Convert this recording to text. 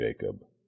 Jacob